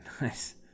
nice